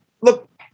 look